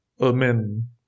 Amen